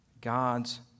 God's